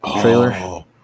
trailer